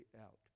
out